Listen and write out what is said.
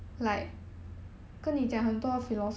!huh!